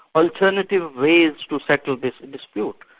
alternative ways to settle this dispute?